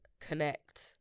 connect